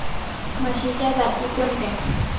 म्हशीच्या जाती कोणत्या?